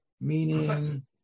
meaning